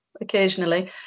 occasionally